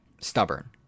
stubborn